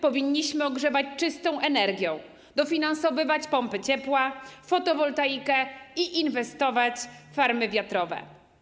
Powinniśmy ogrzewać domy czystą energią, dofinansowywać pompy ciepła, fotowoltaikę i inwestować w farmy wiatrowe.